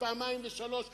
פעמיים ושלוש פעמים,